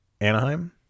Anaheim